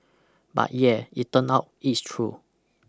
but yeah it turn out it's true